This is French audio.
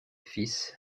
fils